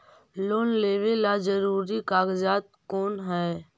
Loan लेब ला जरूरी कागजात कोन है?